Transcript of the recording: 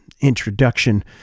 Introduction